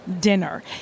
dinner